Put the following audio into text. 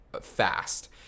fast